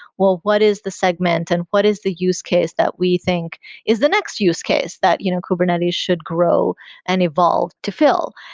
well, what is the segment and what is the use case that we think is the next use case that you know kubernetes should grow and evolve to fill?